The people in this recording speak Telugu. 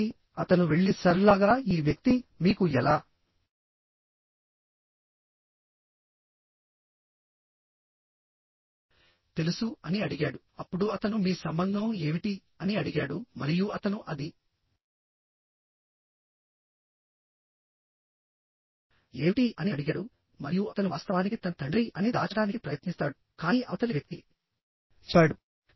కాబట్టి అతను వెళ్లి సర్ లాగా ఈ వ్యక్తి మీకు ఎలా తెలుసు అని అడిగాడు అప్పుడు అతను మీ సంబంధం ఏమిటి అని అడిగాడు మరియు అతను అది ఏమిటి అని అడిగాడు మరియు అతను వాస్తవానికి తన తండ్రి అని దాచడానికి ప్రయత్నిస్తాడు కానీ అవతలి వ్యక్తి చెప్పాడు